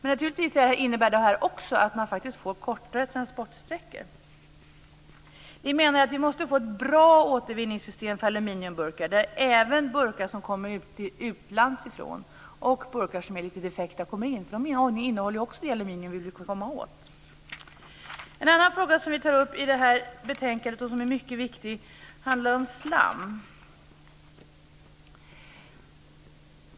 Naturligtvis innebär detta också att man får kortare transportsträckor. Vi menar att vi måste få ett bra återvinningssystem för aluminiumburkar, där även burkar som kommer utomlands ifrån och burkar som är lite defekta kommer in. De innehåller ju också det aluminium som man vill komma åt. En annan fråga som vi tar upp i betänkandet och som är mycket viktig handlar om slam.